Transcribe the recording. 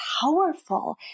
powerful